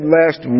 last